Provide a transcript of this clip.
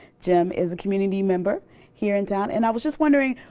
jim is a community member here in town and i was just wondering,